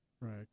Right